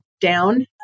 down